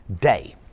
day